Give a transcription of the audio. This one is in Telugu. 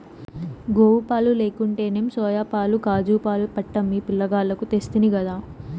గోవుపాలు లేకుంటేనేం సోయాపాలు కాజూపాలు పట్టమ్మి పిలగాల్లకు తెస్తినిగదా